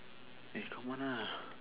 eh come on ah